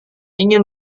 ingin